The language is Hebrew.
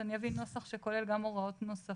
אז אני אביא נוסח שכולל גם הוראות נוספות.